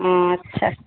আচ্ছা